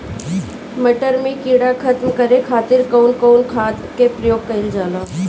मटर में कीड़ा खत्म करे खातीर कउन कउन खाद के प्रयोग कईल जाला?